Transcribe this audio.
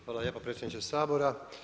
Hvala lijepo predsjedniče Sabora.